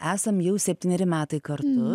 esam jau septyneri metai kartu